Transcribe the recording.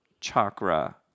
chakra